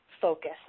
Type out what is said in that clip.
focus